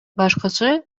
башкысы